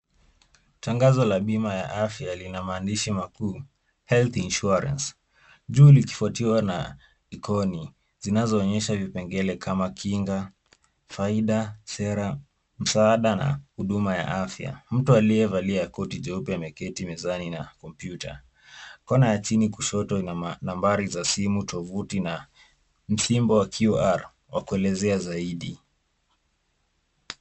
Tangazo la bima ya afya linamandisha makuu, "health insurance", juu likifuatiwa na ikoni, zinazo onyesha vipengele kama kinga, faida, sera, msaada, na huduma ya afya, mtu aliyevalia koti jeupe ameketi mezani na kompyuta, kona ya chini kushoto ina nambari za simu tovuti na msimbo wa QR wa kuelezea zaidi.